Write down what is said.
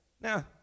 Now